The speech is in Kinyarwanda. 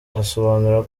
asobanura